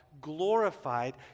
glorified